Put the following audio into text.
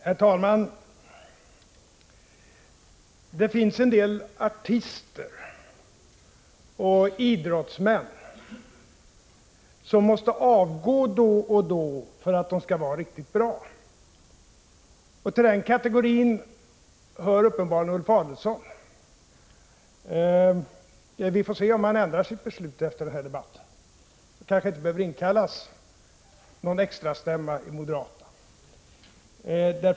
Herr talman! Det finns en del artister och idrottsmän som måste avgå då och då för att de skall vara riktigt bra. Till den kategorin hör uppenbarligen Ulf Adelsohn. Vi får se om han ändrar sitt beslut efter den här debatten. Moderaterna kanske inte behöver inkalla någon extra stämma.